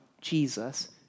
Jesus